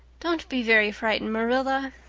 don't be very frightened, marilla.